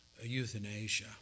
euthanasia